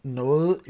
noget